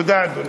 תודה, אדוני.